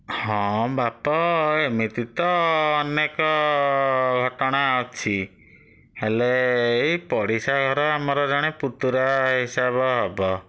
ହଁ ବାପ ଏମିତି ତ ଅନେକ ଘଟଣା ଅଛି ହେଲେ ଏଇ ପଡ଼ିଶା ଘର ଆମର ଜଣେ ପୁତୁରା ହିସାବ ହେବ